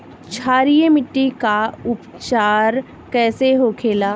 क्षारीय मिट्टी का उपचार कैसे होखे ला?